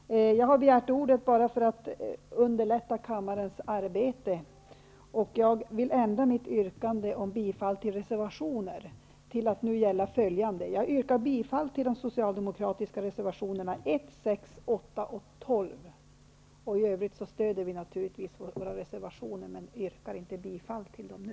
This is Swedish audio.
Fru talman! Jag har begärt ordet bara för att underlätta kammarens arbete, och jag vill ändra mitt yrkande om bifall till reservationer. Jag yrkar bifall till de socialdemokratiska reservationerna 1, 6, 8 och 12. I övrigt stöder vi naturligtvis våra reservationer, men jag yrkar inte bifall till dem nu.